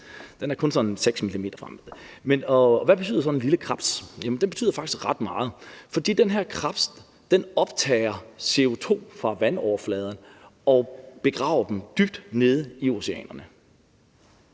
Den er kun 6 mm lang. Hvad betyder sådan en lille krebs? Den betyder faktisk ret meget, for den her krebs optager CO2 fra vandoverfladen og begraver det dybt nede i oceanerne.